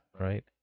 right